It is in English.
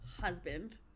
husband